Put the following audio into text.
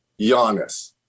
Giannis